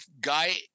guy